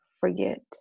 forget